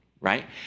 right